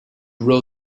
wrote